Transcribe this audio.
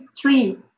three